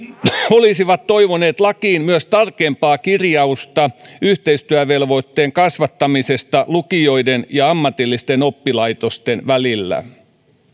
olisivat toivoneet lakiin myös tarkempaa kirjausta yhteistyövelvoitteen kasvattamisesta lukioiden ja ammatillisten oppilaitosten välillä